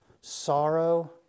sorrow